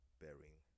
bearing